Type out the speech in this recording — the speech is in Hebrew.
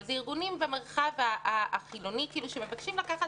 אבל זה ארגונים במרחב החילוני שמבקשים לקחת